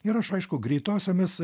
ir aš aišku greitosiomis